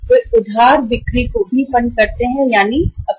वे उधार विक्रय या प्राप्य खातों को भी फंड करते हैं